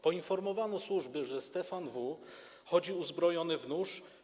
Poinformowano służby, że Stefan W. chodzi uzbrojony w nóż.